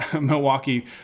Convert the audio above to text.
Milwaukee